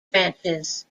branches